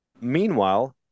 meanwhile